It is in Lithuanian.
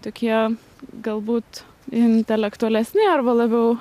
tokie galbūt intelektualesni arba labiau